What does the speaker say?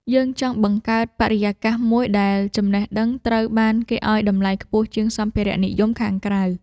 យើងចង់បង្កើតបរិយាកាសមួយដែល ចំណេះដឹង ត្រូវបានគេឱ្យតម្លៃខ្ពស់ជាងសម្ភារៈនិយមខាងក្រៅ។